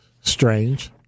strange